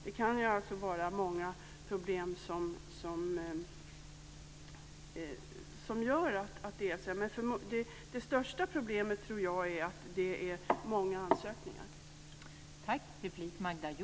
Det kan alltså vara många olika problem. Men det största problemet tror jag är att det är många ansökningar.